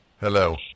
Hello